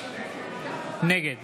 נגד